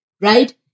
right